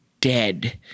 dead